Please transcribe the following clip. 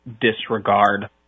disregard